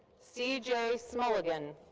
cj smulligan.